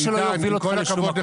במקומם מונח ומעלה את הסעיף מ-230